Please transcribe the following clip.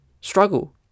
struggle